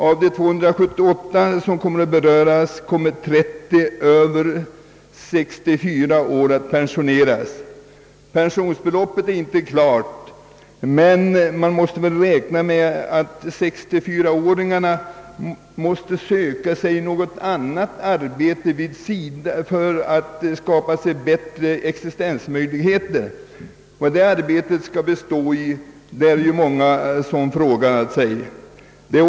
Av de 278 som berörs kommer 30 över 64 år att pensioneras. Pensionsbeloppet är ännu ej känt, men man måste utgå från att 64-åringarna tvingas söka sig annat arbete för att skapa bättre existensmöjligheter. Vari det arbetet skall bestå är det många som frågar sig.